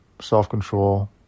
self-control